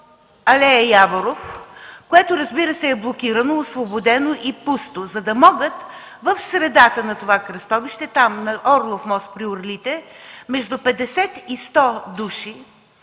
алея „Яворов”, което е блокирано, освободено и пусто, за да могат в средата на кръстовището на „Орлов мост”, при орлите, между 50 и 100 души,